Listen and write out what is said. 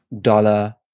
dollar